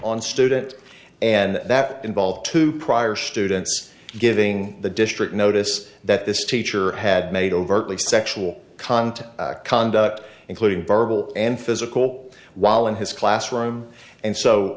on student and that involved two prior students giving the district notice that this teacher had made overtly sexual contact conduct including verbal and physical while in his classroom and so